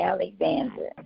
Alexander